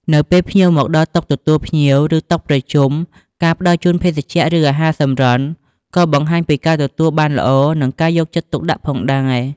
នៅពេលភ្ញៀវមកដល់តុទទួលភ្ញៀវ ឬតុប្រជុំ ការផ្តល់ជូនភេសជ្ជៈ ឬអាហារសម្រន់ ក៏បង្ហាញពីការទទួលបានល្អ និងការយកចិត្តទុកដាក់ផងដែរ។